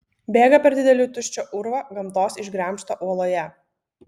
bėga per didelį tuščią urvą gamtos išgremžtą uoloje